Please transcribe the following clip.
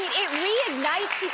it reignites